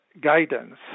guidance